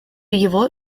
его